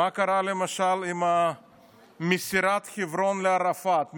מה קרה למשל עם מסירת חברון לערפאת,